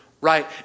right